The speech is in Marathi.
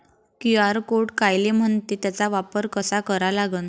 क्यू.आर कोड कायले म्हनते, त्याचा वापर कसा करा लागन?